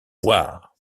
voir